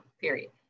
period